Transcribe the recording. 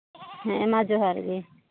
ᱦᱮᱸᱢᱟ ᱡᱚᱦᱟᱨ ᱜᱮ